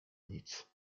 nic